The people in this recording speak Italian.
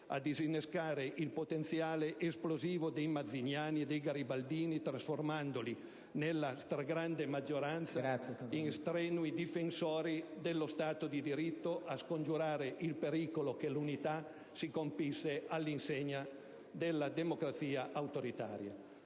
a disinnescare il potenziale esplosivo dei mazziniani e dei garibaldini trasformandoli nella stragrande maggioranza in strenui difensori dello Stato di diritto; a scongiurare il pericolo che l'Unità si compisse all'insegna della democrazia autoritaria.